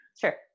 Sure